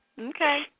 Okay